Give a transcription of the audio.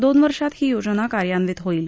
दोन वर्षात ही योजना कार्यान्वित होईल